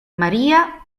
maria